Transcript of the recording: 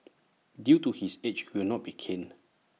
due to his age he will not be caned